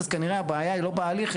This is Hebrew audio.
אז כנראה הבעיה היא לא בהליך,